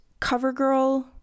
CoverGirl